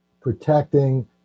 protecting